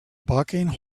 bucking